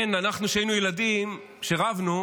כן, אנחנו, כשהיינו ילדים, כשרבנו,